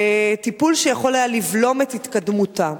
טיפול שיכול היה לבלום את התקדמותה.